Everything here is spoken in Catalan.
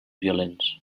violents